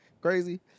crazy